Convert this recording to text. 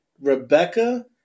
Rebecca